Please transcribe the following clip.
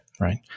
right